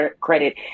credit